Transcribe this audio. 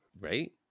Right